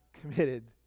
committed